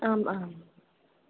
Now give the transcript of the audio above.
आम् आम्